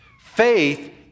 faith